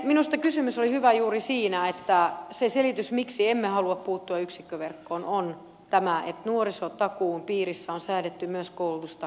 minusta kysymys oli hyvä juuri siinä että se selitys miksi emme halua puuttua yksikköverkkoon on tämä että nuorisotakuun piirissä on säädetty myös koulutustakuusta